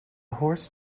horse